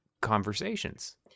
conversations